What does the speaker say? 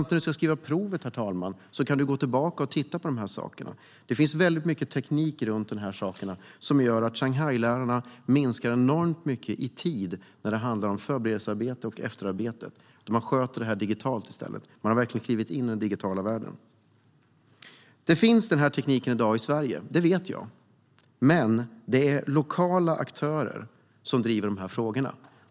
När man ska skriva prov kan man gå tillbaka och titta på det. Det finns mycket teknik runt detta som sparar Shanghailärarna enormt mycket tid i förberedelsearbete och efterarbete eftersom man sköter det digitalt. Man har verkligen klivit in i den digitala världen. Jag vet att denna teknik finns i Sverige, men det är lokala aktörer som driver dessa frågor.